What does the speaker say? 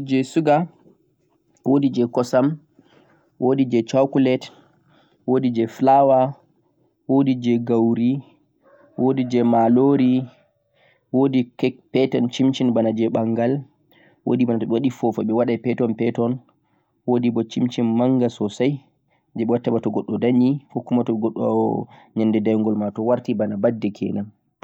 cake nii wodii je suga, wodi je kosam, wodi je flawa, wodi je gauri, wodi malori, wodi cake je bangal.